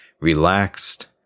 relaxed